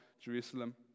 Jerusalem